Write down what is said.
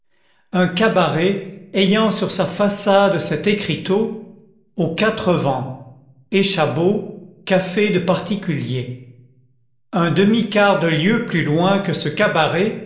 un cabaret ayant sur sa façade cet écriteau au quatre vents échabeau café de particulier un demi-quart de lieue plus loin que ce cabaret